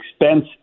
expense